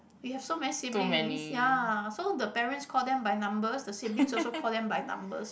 we have so many siblings ya so the parents call them by number the siblings also call them by numbers